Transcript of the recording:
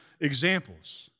examples